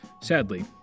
sadly